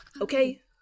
Okay